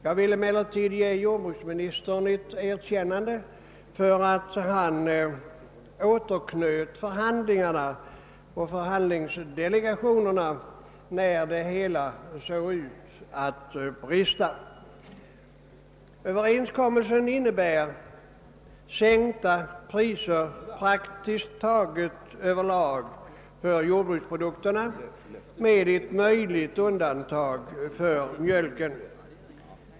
Jag vill emellertid ge jordbruksministern ett erkännande för att han sammanförde förhandlingsdelegationerna och återknöt förhandlingarna när det hela såg ut att brista. Överenskommelsen innebär sänkta priser på jordbruksprodukter praktiskt taget över lag med undantag möjligen för mjölken.